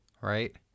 Right